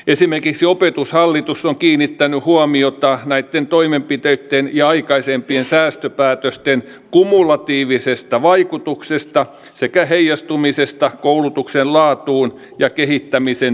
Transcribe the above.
esimerkiksi opetushallitus on kiinnittänyt huomiota näitten toimenpiteitten ja aikaisempien säästöpäätösten kumulatiiviseen vaikutukseen sekä heijastumiseen koulutuksen laatuun ja kehittämisen pitkäjänteisyyteen